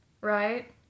right